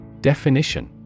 Definition